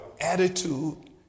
attitude